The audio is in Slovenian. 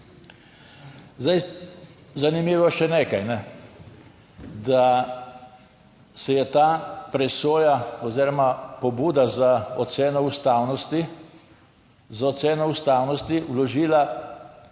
Zdaj, zanimivo je še nekaj, da se je ta presoja oziroma pobuda za oceno ustavnosti, za